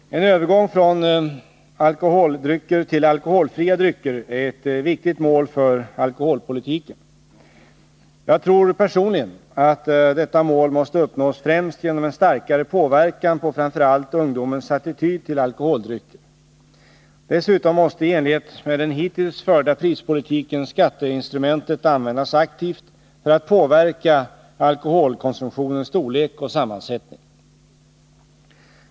En övergång från alkoholdrycker till alkoholfria drycker är ett viktigt mål för alkoholpolitiken. Jag tror personligen att detta mål måste uppnås främst genom en starkare påverkan på framför allt ungdomens attityd till alkoholdrycker. Dessutom måste i enlighet med den hittills förda prispolitiken skatteinstrumentet användas aktivt för att påverka alkoholkonsumtionens storlek och sammansättning.